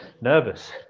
nervous